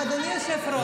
אדוני היושב-ראש,